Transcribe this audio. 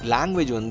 Language